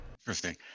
interesting